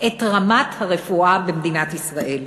רמת הרפואה במדינת ישראל.